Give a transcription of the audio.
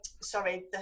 sorry